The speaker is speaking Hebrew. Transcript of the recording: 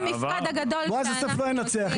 בועז יוסף לא ינצח.